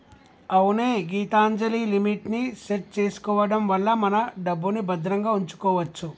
అవునే గీతాంజలిమిట్ ని సెట్ చేసుకోవడం వల్ల మన డబ్బుని భద్రంగా ఉంచుకోవచ్చు